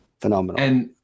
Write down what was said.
phenomenal